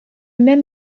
même